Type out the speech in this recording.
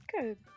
Good